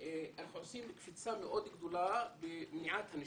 אנחנו עושים קפיצה מאוד גדולה במניעת נשירה.